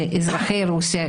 אזרחי רוסיה,